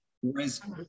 Whereas